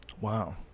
Wow